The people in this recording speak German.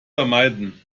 vermeiden